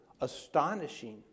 astonishing